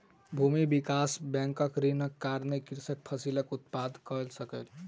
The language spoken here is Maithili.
भूमि विकास बैंकक ऋणक कारणेँ कृषक फसिल उत्पादन कय सकल